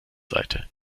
seite